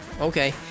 okay